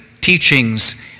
teachings